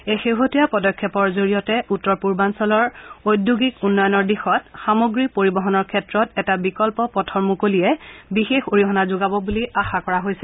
এই শেহতীয়া পদক্ষেপৰ জৰিয়তে উত্তৰ পূৰ্বাঞ্চলৰ ওদ্যোগিক উন্নয়নৰ দিশত সামগ্ৰী পৰিবহনৰ ক্ষেত্ৰত এই বিকন্ন পথ মুকলিয়ে বিশেষ অৰিহণা যোগাব বুলি আশা কৰা হৈছে